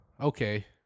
Okay